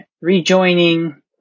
rejoining